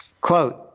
Quote